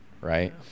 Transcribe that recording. right